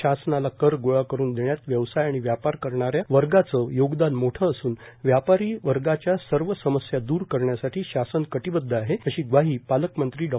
शासनाला कर गोळा करुन देण्यात व्यवसाय आणि व्यापार करणाऱ्या वर्गाचे योगदान मोठे असून व्यापारी वर्गाच्या सर्व समस्या दुर करण्यासाठी शासन कटिबदध आहेए अशी ग्वाही पालकमंत्री डॉ